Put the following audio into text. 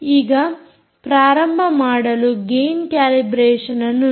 ಈಗ ಪ್ರಾರಂಭ ಮಾಡಲು ಗೈನ್ ಕ್ಯಾಲಿಬ್ರೇಷನ್ಅನ್ನು ನೋಡಿ